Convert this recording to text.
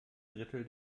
drittel